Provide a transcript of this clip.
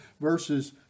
verses